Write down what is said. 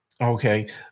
Okay